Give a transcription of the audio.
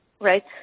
right